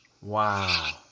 Wow